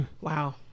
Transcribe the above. Wow